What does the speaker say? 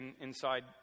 inside